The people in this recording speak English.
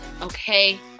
okay